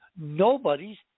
nobody's